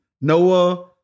Noah